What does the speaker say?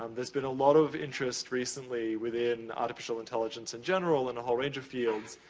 um there's been a lot of interest recently, within artificial intelligence in general, and a whole range of fields,